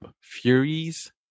furies